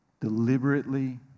deliberately